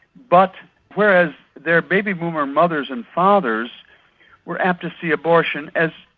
but whereas their baby boomer mothers and fathers were apt to see abortion as,